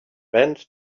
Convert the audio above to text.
bent